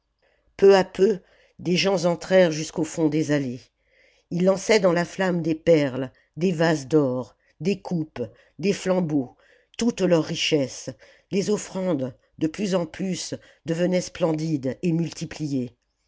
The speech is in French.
peu à peu des gens entrèrent jusqu'au fond des allées ils lançaient dans la flamme des perles des vases d'or des coupes des flambeaux toutes leurs richesses les offrandes de plus en plus devenaient splendides et multipliées